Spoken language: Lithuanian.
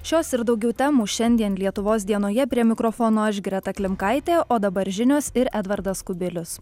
šios ir daugiau temų šiandien lietuvos dienoje prie mikrofono aš greta klimkaitė o dabar žinios ir edvardas kubilius